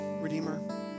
Redeemer